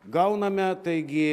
gauname taigi